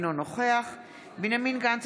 אינה נוכחת מאזן גנאים,